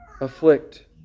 afflict